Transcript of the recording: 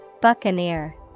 Buccaneer